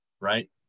right